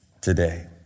today